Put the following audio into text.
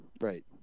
right